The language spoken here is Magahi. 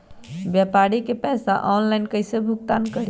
व्यापारी के पैसा ऑनलाइन कईसे भुगतान करी?